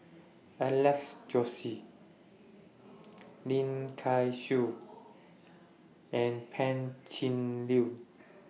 Alex Josey Lim Kay Siu and Pan Cheng Lui